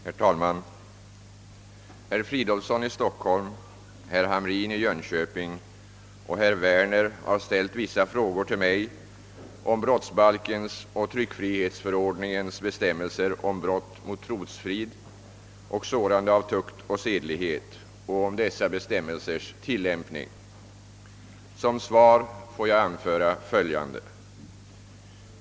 Herr talman! Herr Fridolfsson i Stockholm, herr Hamrin i Jönköping och herr Werner har ställt vissa frågor till mig om brottsbalkens och tryckfrihetsförordningens bestämmelser om brott mot trosfrid och sårande av tukt och sedlighet och om dessa bestämmelsers tillämpning. Som svar får jag anföra följande.